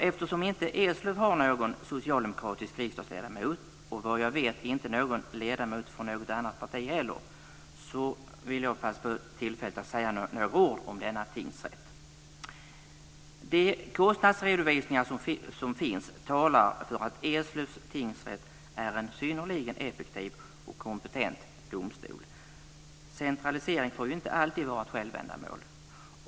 Eftersom Eslöv inte har någon socialdemokratisk riksdagsledamot, och såvitt jag vet inte heller någon ledamot från något annat parti heller, så vill jag passa på tillfället att säga några ord om denna tingsrätt. De kostnadsredovisningar som finns talar för att Eslövs tingsrätt är en synnerligen effektiv och kompetent domstol. Centralisering får ju inte alltid vara ett självändamål.